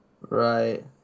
Right